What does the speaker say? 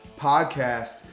Podcast